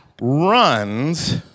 runs